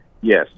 yes